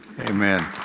Amen